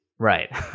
Right